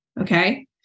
Okay